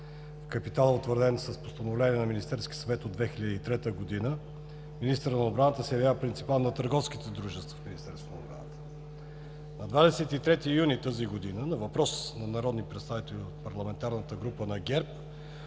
капитала, утвърден с Постановление на Министерския съвет от 2003 г., министърът на отбраната се явява принципал на търговските дружества в Министерство на отбраната. На 23 юни тази година на въпрос на народни представители от парламентарната група на ГЕРБ